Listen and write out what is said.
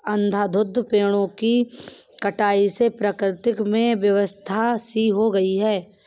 अंधाधुंध पेड़ों की कटाई से प्रकृति में अव्यवस्था सी हो गई है